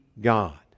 God